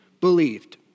believed